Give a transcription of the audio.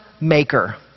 Maker